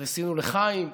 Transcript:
ועשינו לחיים.